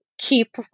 Keep